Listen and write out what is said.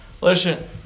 Listen